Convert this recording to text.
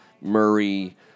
Murray